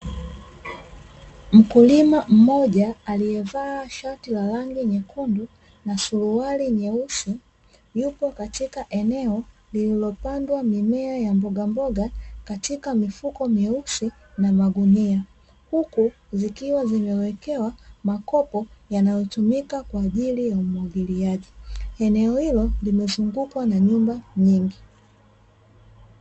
Mkulima mmoja aliyevaa shati la rangi nyekundu na suruali nyeusi yupo katika eneo lililopandwa mimea ya mbogamboga katika mifuko mieusi na magunia, huku zikiwa zimewekewa makopo yanayotumika kwa ajili ya umwagiliaji eneo hilo limezungukwa na nyumba nyingi.